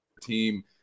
team